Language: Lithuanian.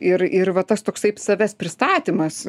ir ir va tas toksai savęs pristatymas